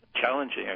challenging